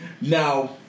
Now